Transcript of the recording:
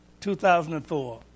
2004